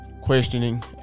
questioning